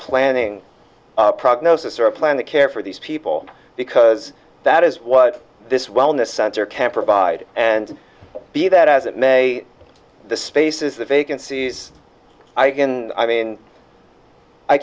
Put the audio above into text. planning prognosis or a plan to care for these people because that is what this wellness center can provide and be that as it may the spaces the vacancies i can i mean i